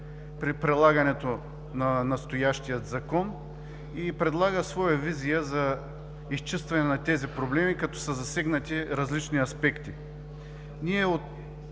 при прилагането на настоящия Закон и предлага своя визия за изчистване на тези проблеми, като са засегнати различни аспекти.